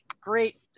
Great